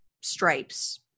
stripes